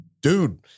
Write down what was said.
dude